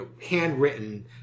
handwritten